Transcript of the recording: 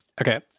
Okay